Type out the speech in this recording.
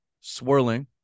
swirling